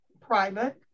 private